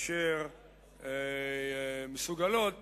אשר מסוגלות